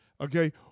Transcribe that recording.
Okay